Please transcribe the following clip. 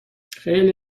خیلی